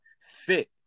fit